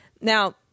Now